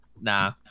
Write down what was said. nah